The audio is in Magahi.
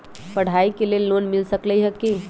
पढाई के लेल लोन मिल सकलई ह की?